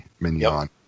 mignon